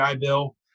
Bill